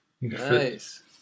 Nice